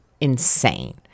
insane